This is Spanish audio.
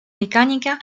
mecánica